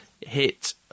hit